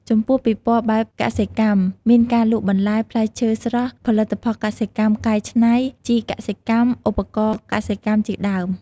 ចំពោះពិព័រណ៍បែបកសិកម្ម មានការលក់បន្លែ ផ្លែឈើស្រស់ ផលិតផលកសិកម្មកែច្នៃ ជីកសិកម្ម ឧបករណ៍កសិកម្មជាដើម។